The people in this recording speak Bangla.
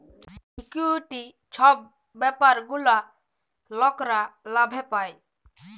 ইকুইটি ছব ব্যাপার গুলা লকরা লাভে পায়